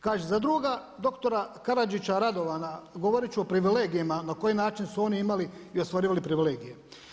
Kaže za druga doktora Karadžića Radovana, govorit ću o privilegijima na koji način su oni imali i ostvarivali privilegije.